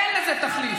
אין לזה תחליף.